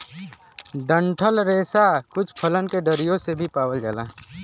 डंठल रेसा कुछ फलन के डरियो से भी पावल जाला